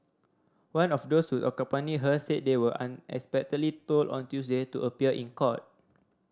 one of those who accompanied her said they were unexpectedly told on Tuesday to appear in court